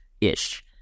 ish